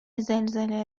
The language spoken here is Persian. زلزله